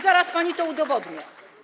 Zaraz pani to udowodnię.